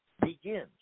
begins